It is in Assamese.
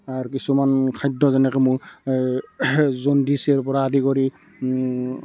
কিছুমান খাদ্য যেনে এই মোৰ এই জণ্ডিচৰ পৰা আদি কৰি